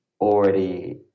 already